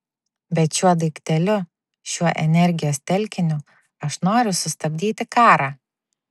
bet šiuo daikteliu šiuo energijos telkiniu aš noriu sustabdyti karą